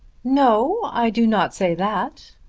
no i do not say that.